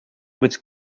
was